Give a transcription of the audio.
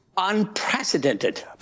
unprecedented